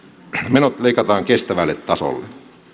menot leikataan kestävälle tasolle